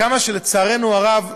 לצערנו הרב,